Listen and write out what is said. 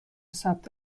ثبت